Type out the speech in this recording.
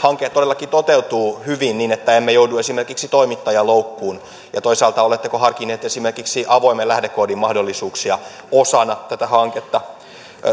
hanke todellakin toteutuu hyvin niin että emme joudu esimerkiksi toimittajaloukkuun toisaalta oletteko harkinneet esimerkiksi avoimen lähdekoodin mahdollisuuksia osana tätä hanketta